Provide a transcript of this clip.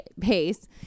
pace